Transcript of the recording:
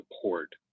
support